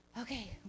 okay